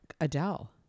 Adele